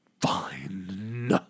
Fine